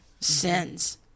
sins